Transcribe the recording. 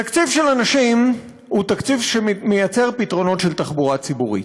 תקציב של אנשים הוא תקציב שמייצר פתרונות של תחבורה ציבורית.